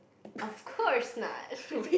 of course not